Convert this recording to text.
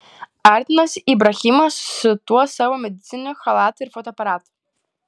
artinosi ibrahimas su tuo savo medicininiu chalatu ir fotoaparatu